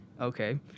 Okay